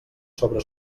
sobre